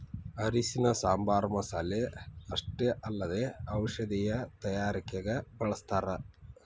ಅರಿಶಿಣನ ಸಾಂಬಾರ್ ಮಸಾಲೆ ಅಷ್ಟೇ ಅಲ್ಲದೆ ಔಷಧೇಯ ತಯಾರಿಕಗ ಬಳಸ್ಥಾರ